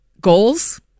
goals